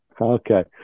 Okay